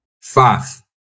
Five